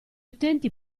utenti